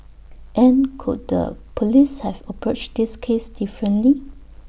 and could the Police have approached this case differently